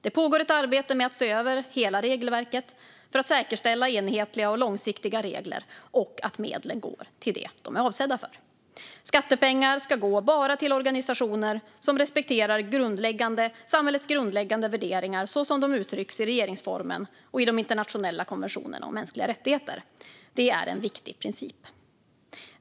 Det pågår ett arbete med att se över hela regelverket för att säkerställa enhetliga och långsiktiga regler och att medlen går till det de är avsedda för. Skattepengar ska gå bara till organisationer som respekterar samhällets grundläggande värderingar så som de uttrycks i regeringsformen och i de internationella konventionerna om mänskliga rättigheter. Det är en viktig princip.